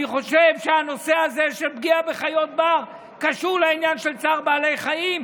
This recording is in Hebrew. אני חושב שהנושא הזה של פגיעה בחיות בר קשור לעניין של צער בעלי חיים,